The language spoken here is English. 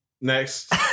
Next